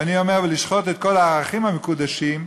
ואני אומר: לשחוט את כל הערכים המקודשים,